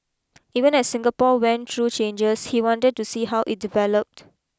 even as Singapore went through changes he wanted to see how it developed